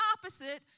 opposite